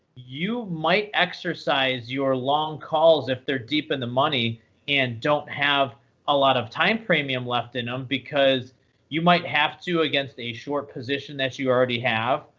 you might exercise your long calls if they're deep in the money and don't have a lot of time premium left in them, um because you might have to against a short position that you already have,